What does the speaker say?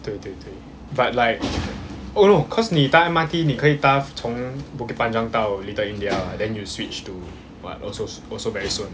对对对 but like oh no cause 你搭 M_R_T 你可以搭从 bukit panjang 到 little india then you switch to but also also very soon